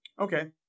Okay